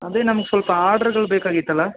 ಅದು ನಮಗೆ ಸ್ವಲ್ಪ ಆರ್ಡ್ರುಗಳು ಬೇಕಾಗಿತ್ತಲ್ಲ